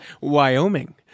Wyoming